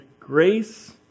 Grace